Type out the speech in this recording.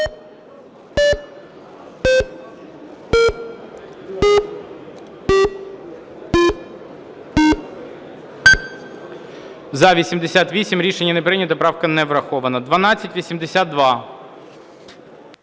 За-88 Рішення не прийнято. Правка не врахована. 1282.